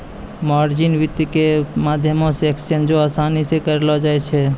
margin वित्त के माध्यमो से एक्सचेंजो असानी से करलो जाय सकै छै